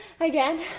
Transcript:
again